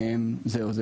אז זהו.